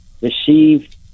received